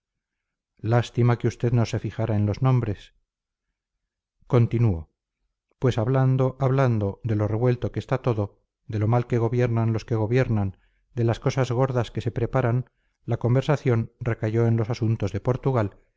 lástima que usted no se fijara en los nombres continúo pues hablando hablando de lo revuelto que está todo de lo mal que gobiernan los que gobiernan de las cosas gordas que se preparan la conversación recayó en los asuntos de portugal